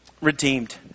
redeemed